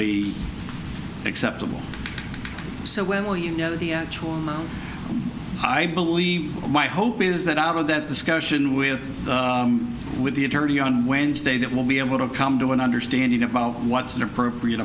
be acceptable so when will you know the actual amount i believe my hope is that out of that discussion with with the attorney on wednesday that we'll be able to come to an understanding about what's an appropriate